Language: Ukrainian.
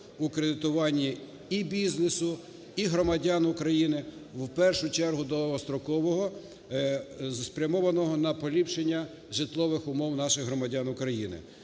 у кредитуванні і бізнесу, і громадян України. В першу чергу довгострокового, спрямованого на поліпшення житлових умов наших громадян України.